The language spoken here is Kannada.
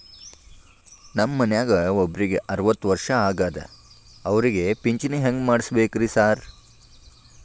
ನಮ್ ಮನ್ಯಾಗ ಒಬ್ರಿಗೆ ಅರವತ್ತ ವರ್ಷ ಆಗ್ಯಾದ ಅವ್ರಿಗೆ ಪಿಂಚಿಣಿ ಹೆಂಗ್ ಮಾಡ್ಸಬೇಕ್ರಿ ಸಾರ್?